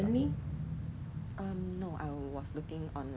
my friend actually bought for me leh